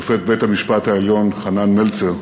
שופט בית-המשפט העליון חנן מלצר